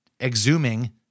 exhuming